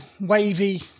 wavy